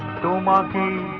da um um da